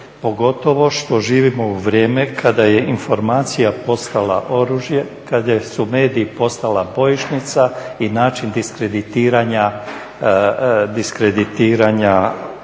Pogotovo što živimo u vrijeme kada je informacija postala oružje, kada su mediji postali bojišnjica i način diskreditiranja